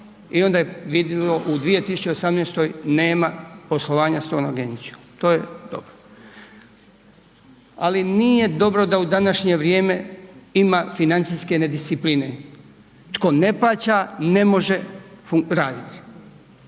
i onda je vidljivo u 2018., nema poslovanja s tom agencijom, to je dobro. Ali nije dobro da u današnje vrijeme ima financijske nediscipline, tko ne plaća, ne može raditi.